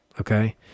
Okay